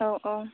औ औ